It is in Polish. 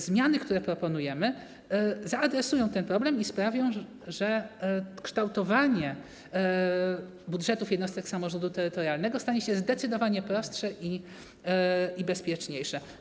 Zmiany, które proponujemy, zaadresują ten problem i sprawią, że kształtowanie budżetów jednostek samorządu terytorialnego stanie się zdecydowanie prostsze i bezpieczniejsze.